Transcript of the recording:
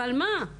ועל מה?